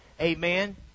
Amen